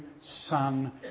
son